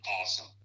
awesome